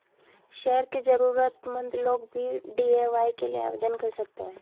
शहर के जरूरतमंद लोग भी डी.ए.वाय के लिए आवेदन कर सकते हैं